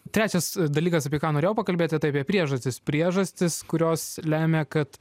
trečias dalykas apie ką norėjau pakalbėti tai apie priežastis priežastis kurios lemia kad